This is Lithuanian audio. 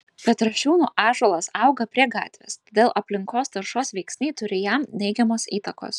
petrašiūnų ąžuolas auga prie gatvės todėl aplinkos taršos veiksniai turi jam neigiamos įtakos